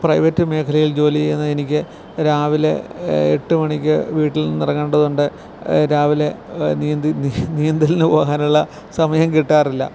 private മേഖലയിൽ ജോലി ചെയ്യുന്ന എനിക്ക് രാവിലെ എട്ട് മണിക്ക് വീട്ടിൽ നിന്ന് ഇറങ്ങേണ്ടതുണ്ട് രാവിലെ നീന്തി നീന്തലിന് പോകാനുള്ള സമയം കിട്ടാറില്ല